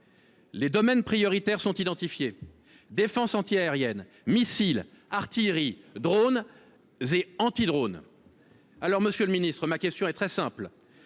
Les domaines prioritaires sont identifiés : défense antiaérienne, missiles, artillerie, drones et antidrones. Monsieur le ministre, ma question est très simple